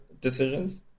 decisions